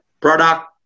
product